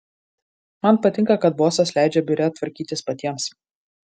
man patinka kad bosas leidžia biure tvarkytis patiems